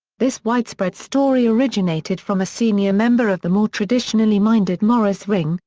this widespread story originated from a senior member of the more traditionally-minded morris ring,